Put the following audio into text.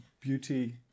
beauty